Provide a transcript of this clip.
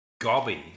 Gobby